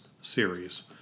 series